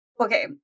Okay